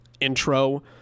intro